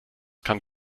kann